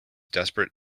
desperate